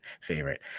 favorite